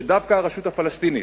שדווקא הרשות הפלסטינית,